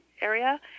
area